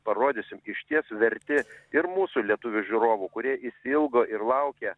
parodysim išties verti ir mūsų lietuvių žiūrovų kurie išsiilgo ir laukia